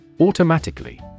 Automatically